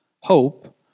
hope